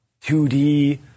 2D